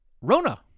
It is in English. Rona